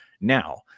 Now